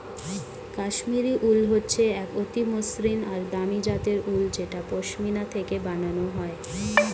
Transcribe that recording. Kashmiri wool হচ্ছে এক অতি মসৃন আর দামি জাতের উল যেটা পশমিনা থেকে বানানো হয়